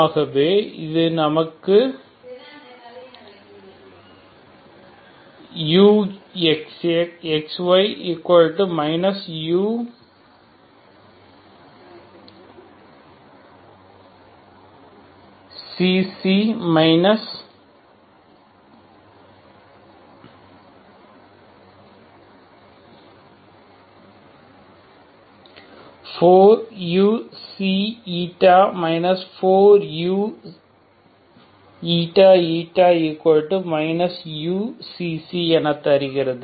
ஆகவே இது நமக்குuxy uξ ξ uξ η 4uξ η 4uηη uξ ξ 5uξ η 4uηηஎன தருகிறது